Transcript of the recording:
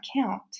account